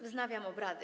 Wznawiam obrady.